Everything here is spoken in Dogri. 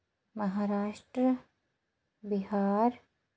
महाराश्ट्र बिहार